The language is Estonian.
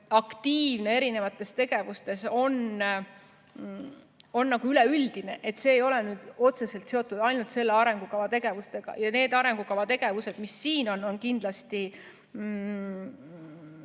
aktiivne erinevates tegevustes, on üleüldine, see ei ole otseselt seotud ainult selle arengukava tegevustega. Need arengukava tegevused, mis siin on, on kindlasti